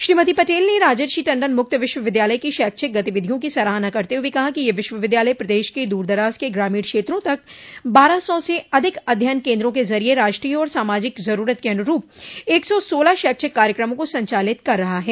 श्रीमती पटेल ने राजर्षि टण्डन मुक्त विश्वविद्यालय की शैक्षिक गतिविधियों की सराहना करते कहा कि यह विश्वविद्यालय प्रदेश के दूर दराज़ के ग्रामीण क्षेत्रों तक बारह सौ से अधिक अध्ययन केन्द्रों के जरिये राष्ट्रीय और सामाजिक जरूरत के अनुरूप एक सौ सोलह शैक्षिक कार्यक्रमों को संचालित कर रहा है